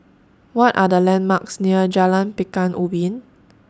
What Are The landmarks near Jalan Pekan Ubin